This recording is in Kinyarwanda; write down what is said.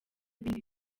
ibindi